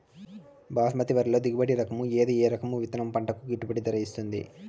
బాస్మతి వరిలో దిగుబడి రకము ఏది ఏ రకము విత్తనం పంటకు గిట్టుబాటు ధర ఇస్తుంది